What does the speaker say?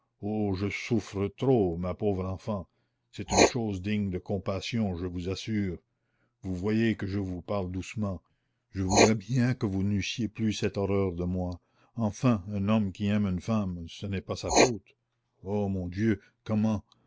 je souffre trop ma pauvre enfant c'est une chose digne de compassion je vous assure vous voyez que je vous parle doucement je voudrais bien que vous n'eussiez plus cette horreur de moi enfin un homme qui aime une femme ce n'est pas sa faute oh mon dieu comment